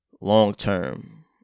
long-term